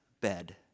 bed